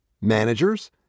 managers